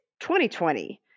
2020